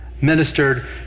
Ministered